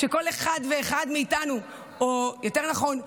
שכל אחד ואחד מאיתנו או יותר נכון,